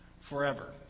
forever